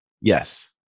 Yes